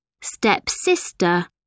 stepsister